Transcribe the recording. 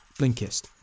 Blinkist